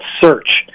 search